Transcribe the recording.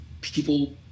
people